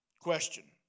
Question